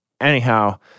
anyhow